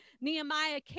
Nehemiah